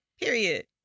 period